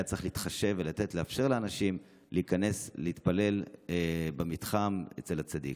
היה צריך להתחשב ולאפשר לאנשים להיכנס ולהתפלל במתחם אצל הצדיק.